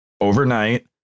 overnight